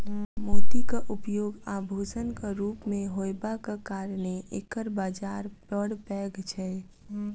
मोतीक उपयोग आभूषणक रूप मे होयबाक कारणेँ एकर बाजार बड़ पैघ छै